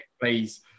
please